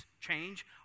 change